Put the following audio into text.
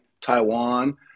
Taiwan